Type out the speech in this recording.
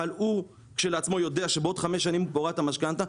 אבל הוא כשלעצמו יודע שבעוד חמש שנים הוא פורע את המשכנתא.